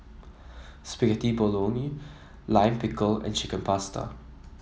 Spaghetti Bolognese Lime Pickle and Chicken Pasta